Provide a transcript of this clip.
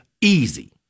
Easy